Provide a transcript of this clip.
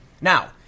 Now